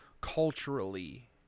Culturally